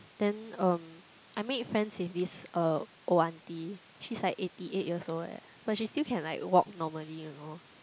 then um I made friends with this uh old auntie she's like eighty eight years old leh but she still can like walk normally you know